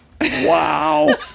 Wow